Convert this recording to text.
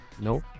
No